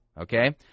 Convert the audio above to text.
Okay